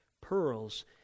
pearls